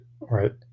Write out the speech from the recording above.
right